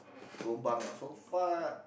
lobang ah so far